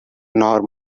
nor